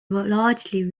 largely